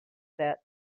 set